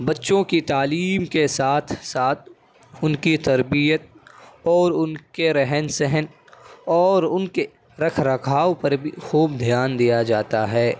بچوں کی تعلیم کے ساتھ ساتھ ان کی تربیت اور ان کے رہن سہن اور ان کے رکھ رکھاؤ پر بھی خوب دھیان دیا جاتا ہے